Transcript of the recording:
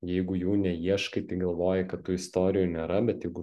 jeigu jų neieškai tai galvoji kad tų istorijų nėra bet jeigu